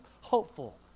hopeful